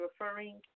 referring